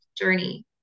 journey